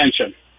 attention